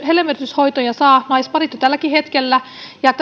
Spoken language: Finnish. hedelmöityshoitoja saavat naisparit tälläkin hetkellä ja